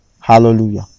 hallelujah